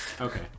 Okay